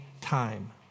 time